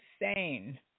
insane